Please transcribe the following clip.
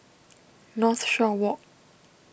Northshore Walk